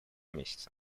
месяце